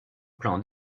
plan